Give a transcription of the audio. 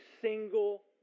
single